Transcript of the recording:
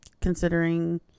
considering